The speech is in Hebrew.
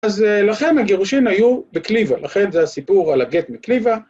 ‫אז לכן הגירושים היו בקליווא, ‫לכן זה הסיפור על הגט מקליווא.